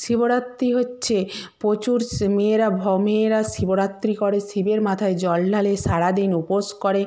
শিবরাত্রি হচ্ছে প্রচুর সে মেয়েরা মেয়েরা শিবরাত্রি করে শিবের মাথায় জল ঢালে সারা দিন উপোস করে